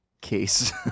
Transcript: case